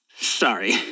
sorry